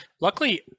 Luckily